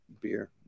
beer